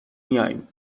میایم